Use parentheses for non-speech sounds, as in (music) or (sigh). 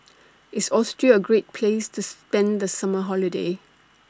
(noise) IS Austria A Great Place to spend The Summer Holiday